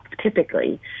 typically